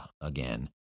again